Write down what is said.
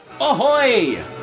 Ahoy